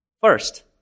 First